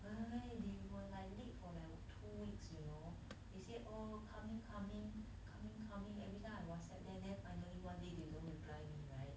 eh they were like late for like two weeks you know they say orh coming coming coming coming every time I Whatsapp then finally one day they don't reply me right